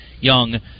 Young